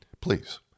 please